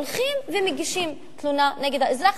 הולכים ומגישים תלונה נגד האזרח.